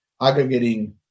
aggregating